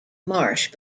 marsh